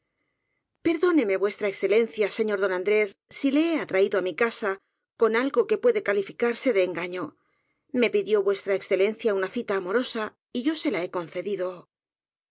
e señor don andrés si le he atraído á mi casa con algo que puede calificarse de engaño me pidió v e una cita amorosa y yo se la he concedido